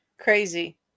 Crazy